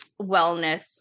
wellness